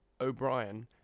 O'Brien